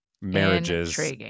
marriages